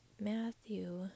Matthew